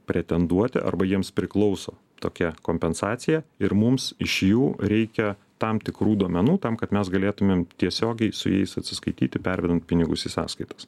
pretenduoti arba jiems priklauso tokia kompensacija ir mums iš jų reikia tam tikrų duomenų tam kad mes galėtumėm tiesiogiai su jais atsiskaityti pervedant pinigus į sąskaitas